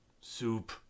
soup